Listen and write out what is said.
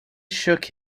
shook